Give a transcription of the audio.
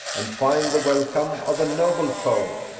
and find the welcome of a noble foe.